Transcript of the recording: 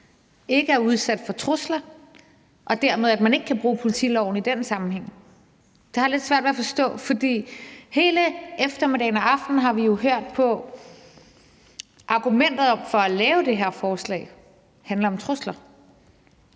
ikke er udsat for trusler, og dermed at man ikke kan bruge politiloven i den sammenhæng? Det har jeg lidt svært ved at forstå, for hele eftermiddagen og aftenen har vi jo hørt på, at argumenterne for at lave det her forslag handler om trusler.